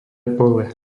pole